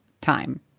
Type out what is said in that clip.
time